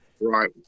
Right